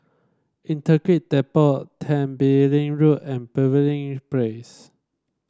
Integrated Depot Tembeling Road and Pavilion Place